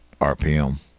RPM